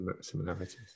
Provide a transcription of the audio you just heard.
similarities